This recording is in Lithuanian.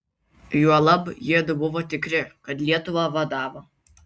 juolab jiedu buvo tikri kad lietuvą vadavo